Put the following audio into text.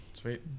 Sweet